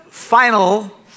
Final